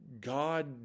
God